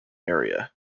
area